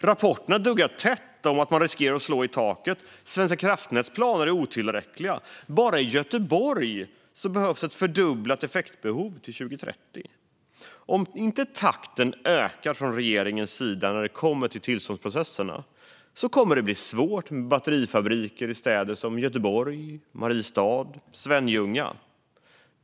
Rapporterna duggar tätt om att man riskerar att slå i taket. Svenska kraftnäts planer är otillräckliga. Bara i Göteborg behövs en fördubblat effekt till 2030. Om inte takten ökar från regeringens sida när det kommer till tillståndsprocesserna kommer det att bli svårt med batterifabriker i städer som Göteborg, Mariestad och Svenljunga.